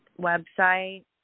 website